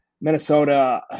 Minnesota